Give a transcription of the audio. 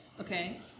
Okay